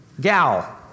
gal